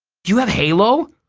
do you have halo?